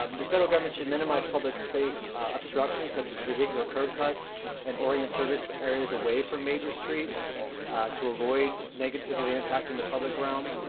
um the federal government should minimize minimize public space obstructions such as vehicular curb cuts and orient service areas away from major streets to avoid negatively impacting the public realm.